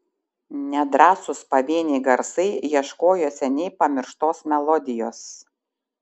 nedrąsūs pavieniai garsai ieškojo seniai pamirštos melodijos